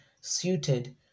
suited